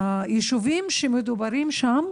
שהיישובים המדוברים שם,